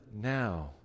now